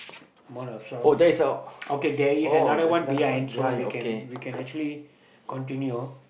amount of south okay there is another one behind so we can we can actually continue